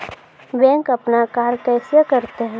Bank अपन कार्य कैसे करते है?